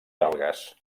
algues